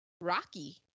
rocky